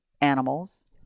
animals